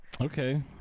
okay